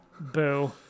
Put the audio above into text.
Boo